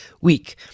week